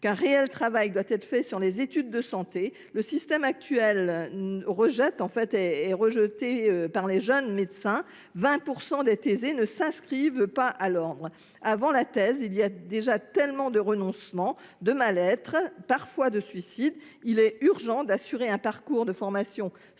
qu’un réel travail doit être mené sur les études de santé. Le système actuel est rejeté par les jeunes médecins : 20 % des « thésés » ne s’inscrivent pas à l’ordre ! Avant même le doctorat, il existe déjà tant de renoncements et de mal être, parfois de suicides. Il est urgent d’assurer un parcours de formation soutenable